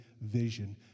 vision